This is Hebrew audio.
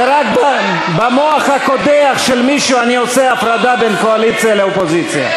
זה רק במוח הקודח של מישהו אני עושה הפרדה בין קואליציה לאופוזיציה.